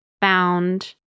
found